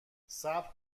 صبر